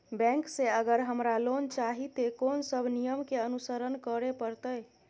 Bank से अगर हमरा लोन चाही ते कोन सब नियम के अनुसरण करे परतै?